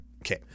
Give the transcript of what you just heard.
Okay